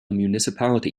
municipality